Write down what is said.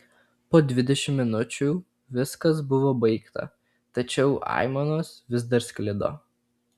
po dvidešimt minučių viskas buvo baigta tačiau aimanos vis dar sklido